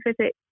visit